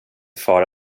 far